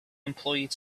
employed